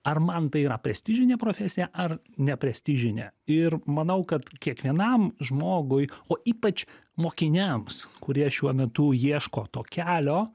ar man tai yra prestižinė profesija ar ne prestižinė ir manau kad kiekvienam žmogui o ypač mokiniams kurie šiuo metu ieško to kelio